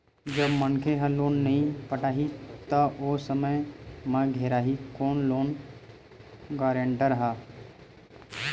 जब मनखे ह लोन ल नइ पटाही त ओ समे म घेराही कोन लोन गारेंटर ह